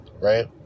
right